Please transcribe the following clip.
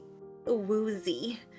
woozy